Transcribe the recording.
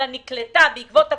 אלא נקלטה בעקבות הקורונה.